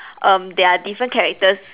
um they are different characters